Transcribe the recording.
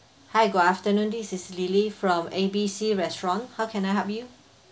hi good afternoon this is lily from A B C restaurant how can I help you